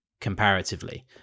comparatively